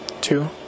two